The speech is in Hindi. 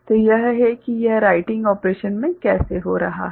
तो यह है कि यह राइटिंग ऑपरेशन में कैसे हो रहा है